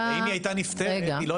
אם היא הייתה נפתרת, היא לא הייתה עולה.